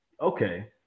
okay